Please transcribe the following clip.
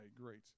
great